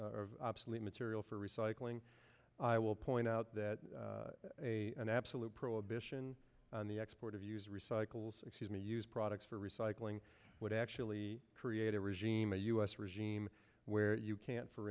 obsolete material for recycling i will point out that a an absolute prohibition on the export of use recycles excuse me use products for recycling would actually create a regime a u s regime where you can't for